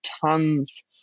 tons